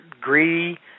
greedy